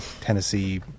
Tennessee